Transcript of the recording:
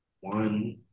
one